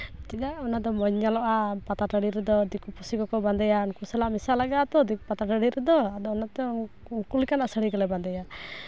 ᱪᱮᱫᱟᱜ ᱚᱱᱟᱫᱚ ᱢᱚᱡᱽ ᱧᱮᱞᱚᱜᱼᱟ ᱯᱟᱛᱟ ᱴᱟᱺᱰᱤ ᱨᱮᱫᱚ ᱫᱤᱠᱩ ᱯᱩᱥᱤ ᱠᱚᱠᱚ ᱵᱟᱸᱫᱮᱭᱟ ᱩᱱᱠᱩ ᱥᱟᱞᱟᱜ ᱢᱮᱥᱟᱜ ᱞᱟᱜᱟᱜ ᱟᱛᱚ ᱯᱟᱛᱟ ᱴᱟᱺᱰᱤ ᱨᱮᱫᱚ ᱚᱱᱟᱛᱮ ᱩᱱᱠᱩ ᱞᱮᱠᱟᱱᱟᱜ ᱥᱟᱹᱲᱤ ᱜᱮᱞᱮ ᱵᱟᱸᱫᱮᱭᱟ